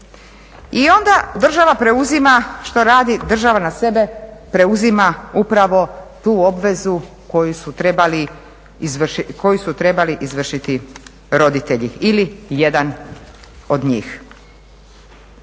I onda država preuzima, što radi, država na sebe preuzima upravo tu obvezu koju su trebali izvršiti roditelji ili jedan od njih.